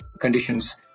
conditions